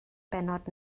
bennod